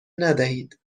ندهید